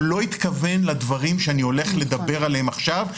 והוא לא התכוון לדברים שאני הולך לדבר עליהם עכשיו.